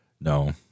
No